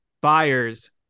buyers